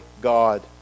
God